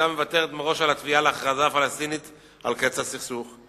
היא היתה מוותרת מראש על התביעה להכרזה פלסטינית על קץ הסכסוך,